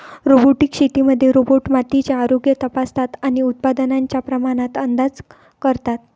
robotic शेतीमध्ये robot मातीचे आरोग्य तपासतात आणि उत्पादनाच्या प्रमाणात अंदाज करतात